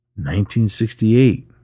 1968